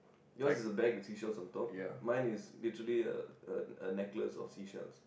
yours is a bag with seashells on top mine is literally a a a necklace of seashell